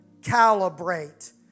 Calibrate